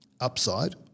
upside